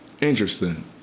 Interesting